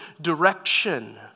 direction